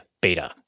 Beta